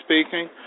speaking